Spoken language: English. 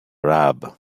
rub